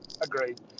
Agreed